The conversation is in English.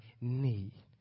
need